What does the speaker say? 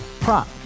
prop